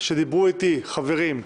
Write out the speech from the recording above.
כשהכנסת העשרים ואחת התפזרה אחרי תקופה קצרה